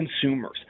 consumers